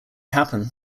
happen